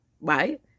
right